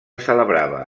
celebrava